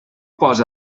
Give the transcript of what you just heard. posa